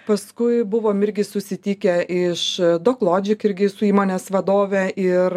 paskui buvom irgi susitikę iš doklodžik irgi su įmonės vadove ir